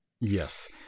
yes